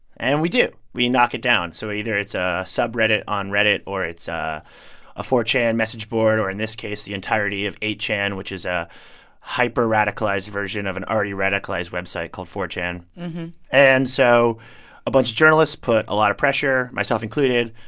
and we do. we knock it down. so either it's a subreddit on reddit or it's a a four chan message board or, in this case, the entirety of eight chan, which is a hyper-radicalized version of an already radicalized website called four point chan and so a bunch of journalists put a lot of pressure, myself included,